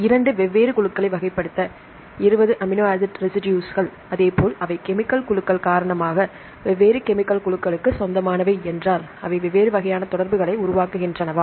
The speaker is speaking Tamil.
இரண்டு வெவ்வேறு குழுக்களை வகைப்படுத்த 20 அமினோ ஆசிட் ரெசிடுஸ்கள் அதே போல் அவை கெமிக்கல் குழுக்கள் காரணமாக வெவ்வேறு கெமிக்கல் குழுக்களுக்கு சொந்தமானவை என்றால் அவை வெவ்வேறு வகையான தொடர்புகளை உருவாக்குகின்றனவா